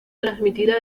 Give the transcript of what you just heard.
transmitida